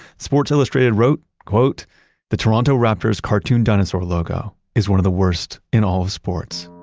sports illustrated wrote wrote the toronto raptors cartoon dinosaur logo is one of the worst in all of sports.